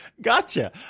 Gotcha